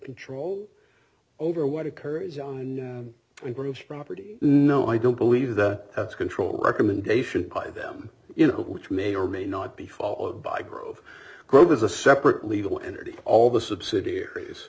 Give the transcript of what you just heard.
control over what occurs in groups property no i don't believe that's control recommendation by them you know which may or may not be followed by grove group is a separate legal entity all the subsidiaries